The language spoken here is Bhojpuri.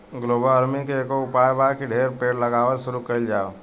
ग्लोबल वार्मिंग के एकेगो उपाय बा की ढेरे पेड़ लगावल शुरू कइल जाव